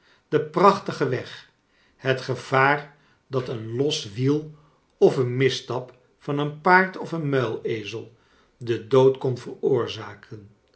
de prachtige weg het gevaar dat een los wiel of een misstap van een paard of een rnuilezel den dood kon veroorzaken